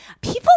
people